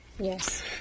Yes